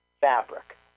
fabric